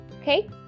Okay